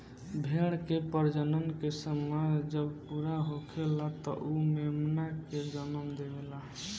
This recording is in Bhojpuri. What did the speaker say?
भेड़ के प्रजनन के समय जब पूरा होखेला त उ मेमना के जनम देवेले